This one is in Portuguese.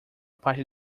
parte